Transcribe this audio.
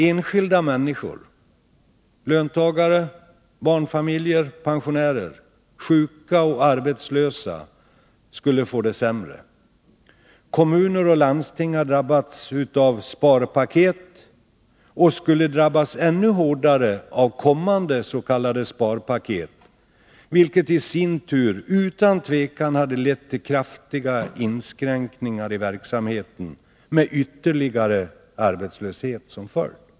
Enskilda människor — löntagare, barnfamiljer, pensionärer, sjuka och arbetslösa — skulle få det sämre. Kommuner och landsting har drabbats av sparpaket och skulle drabbas ännu hårdare av kommande s.k. sparpaket, vilket i sin tur utan tvivel hade lett till kraftiga inskränkningar i verksamheten med ytterligare arbetslöshet som följd.